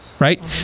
Right